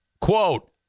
Quote